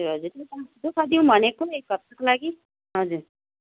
हजुर हजुर दु ख दिऊँ भनेको एक हप्ताको लागि हजुर